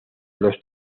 los